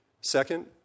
Second